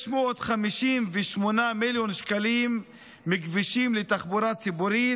658 מיליון שקלים מכבישים לתחבורה ציבורית,